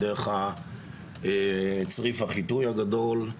דרך צריף החיטוי הגדול,